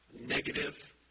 negative